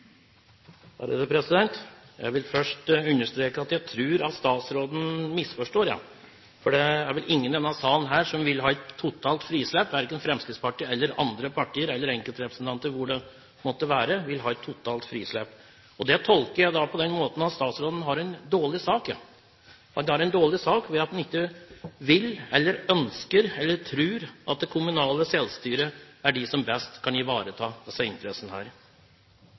vil først understreke at jeg tror statsråden misforstår. Det er vel ingen i denne salen som vil ha et totalt frislipp, verken Fremskrittspartiet, andre partier eller enkeltrepresentanter hvor det måtte være. Dette tolker jeg på den måten at statsråden har en dårlig sak. Han har en dårlig sak ved at han ikke vil se eller ønsker eller tror at det kommunale selvstyre er det som best kan ivareta disse interessene.